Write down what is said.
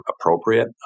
appropriate